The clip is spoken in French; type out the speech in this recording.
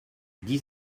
dix